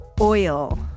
Oil